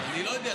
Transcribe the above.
אני לא יודע,